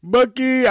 Bucky